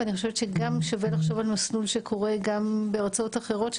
ואני חושבת שגם שווה לחשוב על מסלול שקורה גם בארצות אחרות,